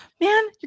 man